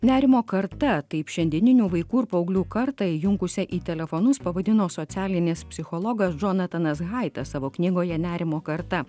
nerimo karta taip šiandieninių vaikų ir paauglių kartą įjunkusią į telefonus pavadino socialinis psichologas džonatanas haitas savo knygoje nerimo karta